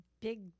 big